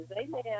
Amen